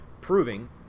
proving